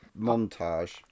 montage